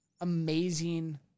amazing